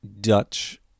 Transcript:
Dutch